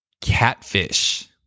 Catfish